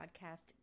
podcast